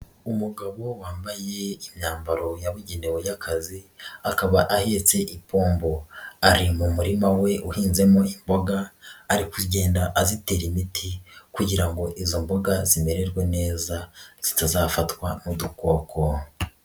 Umugabo wambaye imyambaro yabugenewe y'akazi, akaba ahetse ipombo, ari mu murima we uhinzemo imboga, ari kugenda azitera imiti kugira ngo izo mboga zimererwe neza zitazafatwa n'udukoko.